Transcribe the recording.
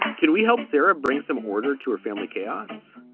but can we help sara bring some order to her family chaos?